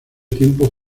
tiempo